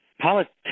Politics